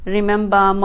Remember